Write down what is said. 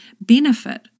benefit